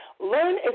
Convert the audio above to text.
Learn